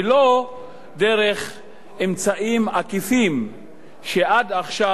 ולא דרך אמצעים עקיפים שעד עכשיו